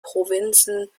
provinzen